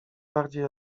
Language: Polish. bardziej